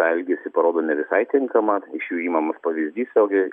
tą elgesį parodo ne visai tinkamą tai iš jų imamas pavyzdys ilgai